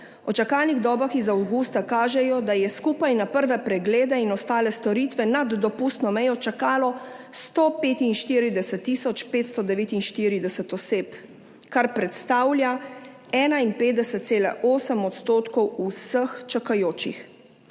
o čakalnih dobah iz avgusta kažejo, da je skupaj na prve preglede in ostale storitve nad dopustno mejo čakalo 145.549 oseb, kar predstavlja 51,8 % vseh čakajočih.